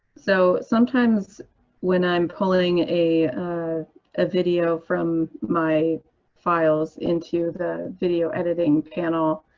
so sometimes when i'm pulling a a video from my files into the video editing panel,